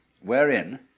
wherein